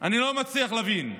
אני לא מצליח להבין.